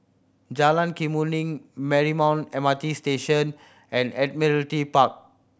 Jalan Kemuning Marymount M R T Station and Admiralty Park